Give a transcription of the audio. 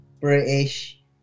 British